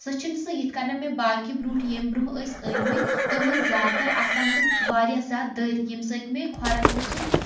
سُہ چھُنہٕ سُہ یِتھ کٔنیٚن مےٚ باقٕے بوٗٹھ ییٚمہِ برونٛہہ ٲس أنۍ مٕتۍ تٔمی ٲسۍ زیادٕ تر آسان تِم واریاہ زیادٕ دٔرۍ ییٚمہِ سۭتۍ مےٚ کھۄرن اوس سُہ